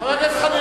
חבר הכנסת חנין,